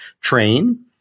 train